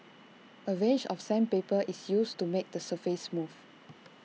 A range of sandpaper is used to make the surface smooth